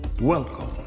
Welcome